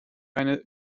eine